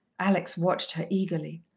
alex watched her eagerly.